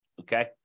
okay